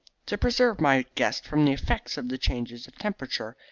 to preserve my guests from the effects of the changes of temperature.